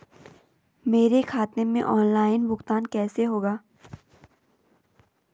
मेरे खाते में ऑनलाइन भुगतान कैसे होगा?